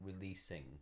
releasing